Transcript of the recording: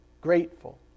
grateful